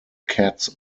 cats